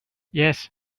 yes